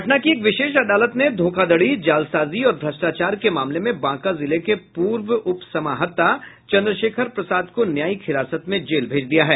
पटना की एक विशेष अदालत ने धोखाधड़ी जालसाजी और भ्रष्टाचार के मामले में बांका जिले के पूर्व उप समाहर्ता चंद्रशेखर प्रसाद को न्यायिक हिरासत में जेल भेज दिया है